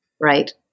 right